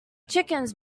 chickens